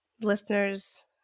listeners